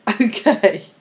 Okay